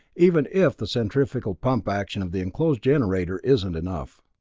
even if the centrifugal pump action of the enclosed generator isn't enough.